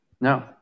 No